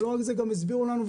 ולא על זה גם הסבירו לנו,